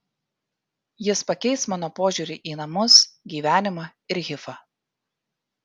jis pakeis mano požiūrį į namus gyvenimą ir hifą